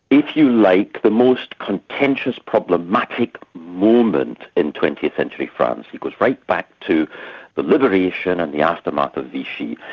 if you like, the most contentious, problematic moment in twentieth century france he goes right back to the liberation and the aftermath of vichy.